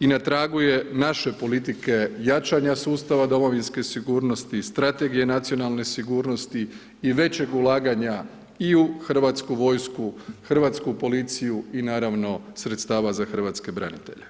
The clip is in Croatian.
i na tragu je naše politike jačanje sustava domovinske sigurnosti i strategije nacionalne sigurnosti i većeg ulaganja i u Hrvatsku vojsku, Hrvatsku policiju i naravno sredstava za hrvatske branitelje.